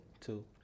Two